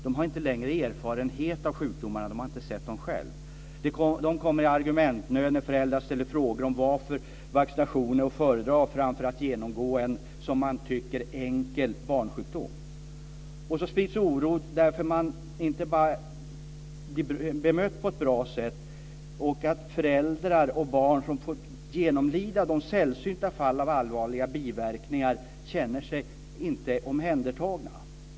De har inte längre erfarenhet av sjukdomarna. De har inte sett dem själva. De kommer i argumentnöd när föräldrar ställer frågor om varför vaccination är att föredra framför att genomgå en som de tycker enkel barnsjukdom. Så sprids oron, därför att man inte blir bemött på ett bra sätt och därför att föräldrar och barn som får genomlida de sällsynta fallen av allvarliga biverkningar inte känner sig omhändertagna.